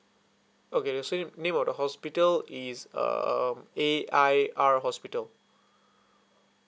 okay so name of the hospital is um A I R hospital